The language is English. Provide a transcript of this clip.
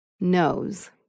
knows